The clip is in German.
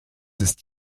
ist